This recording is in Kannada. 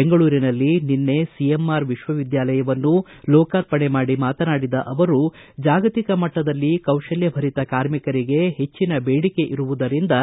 ಬೆಂಗಳೂರಿನಲ್ಲಿ ನಿನ್ನೆ ಸಿಎಂಆರ್ ವಿಶ್ವವಿದ್ದಾಲಯವನ್ನು ಲೋಕಾರ್ಪಣೆ ಮಾಡಿ ಮಾತನಾಡಿದ ಅವರು ಜಾಗತಿಕ ಮಟ್ಟದಲ್ಲಿ ಕೌಶಲ್ಲಭರಿತ ಕಾರ್ಮಿಕರಿಗೆ ಹೆಚ್ಚಿನ ಬೇಡಿಕೆ ಇರುವುದರಿಂದ